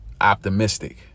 optimistic